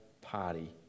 party